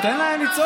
אתה לא חייב לעצור.